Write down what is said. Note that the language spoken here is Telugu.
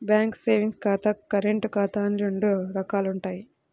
బ్యాంకు సేవింగ్స్ ఖాతా, కరెంటు ఖాతా అని రెండు రకాలుంటయ్యి